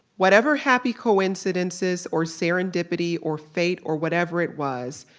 whatever happy coincidences or serendipity or fate or whatever it was,